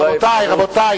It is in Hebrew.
רבותי,